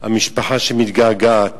המשפחה שמתגעגעת.